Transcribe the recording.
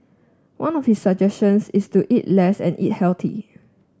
one of his suggestions is to eat less and eat healthily